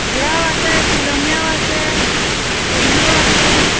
বুঢ়াও আছে শ্ৱিলঙীয়াও আছে কলিও আছে